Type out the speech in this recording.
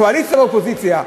קואליציה ואופוזיציה,